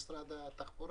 למשרד התחבורה?